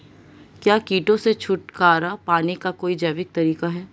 क्या कीटों से छुटकारा पाने का कोई जैविक तरीका है?